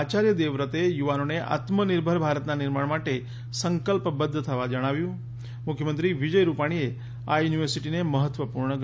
આચાર્ય દેવવ્રતે યુવાનોને આત્મનિર્ભર ભારતના નિર્માણ માટે સંકલ્પબદ્ધ થવા જણાવ્યું મુખ્યમંત્રી વિજય રૂપાણીએ આ યુનિવર્સિટીને મહત્વપૂર્ણ ગણાવી